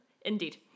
Indeed